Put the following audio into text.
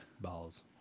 Balls